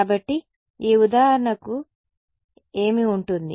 కాబట్టి ఇది ఉదాహరణకు ఏమి ఉంటుంది